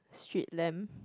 street lamp